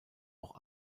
auch